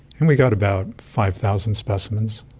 and we got about five thousand specimens.